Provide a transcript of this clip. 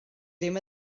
ddim